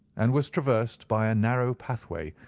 and was traversed by a narrow pathway,